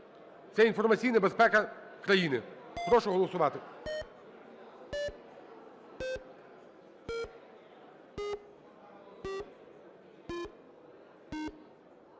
Це інформаційна безпека країни. Прошу голосувати.